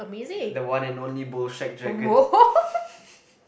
the one and only Bolshack-Dragon